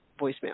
voicemail